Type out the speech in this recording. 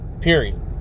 period